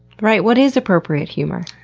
right. what is appropriate humor?